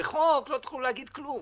ובחוק לא תוכלו להגיד כלום,